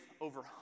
over